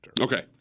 Okay